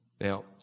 Now